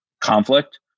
conflict